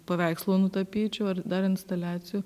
paveikslo nutapyčiau ar dar instaliacijų